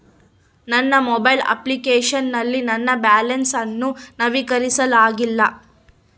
ನನ್ನ mobile application ನಲ್ಲಿ ನನ್ನ ಬ್ಯಾಲೆನ್ಸ್ ಅನ್ನು ನವೀಕರಿಸಲಾಗಿಲ್ಲ